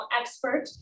Expert